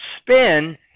spin